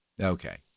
Okay